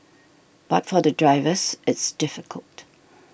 but for the drivers it's difficult